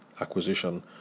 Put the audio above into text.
acquisition